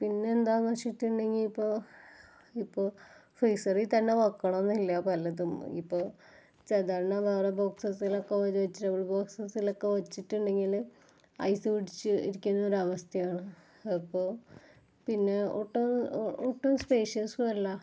പിന്നെന്താണെന്ന് വെച്ചിട്ടുണ്ടെങ്കിൽ ഇപ്പോൾ ഇപ്പോൾ ഫ്രീസറിൽ തന്നെ വെക്കണമെന്നില്ല പലതും ഇപ്പോൾ സാധാരണ വേറെ ബോക്സസ്ലോക്കെ വെജിറ്റബിൾ ബോക്സിസിലൊക്കെ വെച്ച്ണ്ടെങ്കിൽ ഐസ് പിടിച്ചിരിക്കുന്ന ഒരവസ്ഥയാണ് അപ്പോൾ പിന്നെ ഒട്ടും ഒട്ടും സ്പേഷിയസും അല്ല